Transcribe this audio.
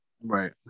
Right